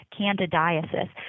candidiasis